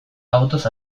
autoz